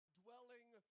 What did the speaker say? dwelling